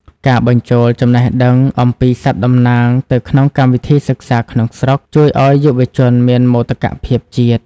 ការបញ្ចូលចំណេះដឹងអំពីសត្វតំណាងទៅក្នុងកម្មវិធីសិក្សាក្នុងស្រុក ជួយឱ្យយុវជនមានមោទកភាពជាតិ។